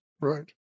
Right